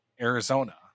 Arizona